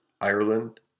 Ireland